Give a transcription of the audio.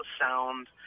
sound